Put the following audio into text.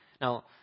Now